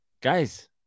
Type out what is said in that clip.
guys